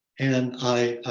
and i,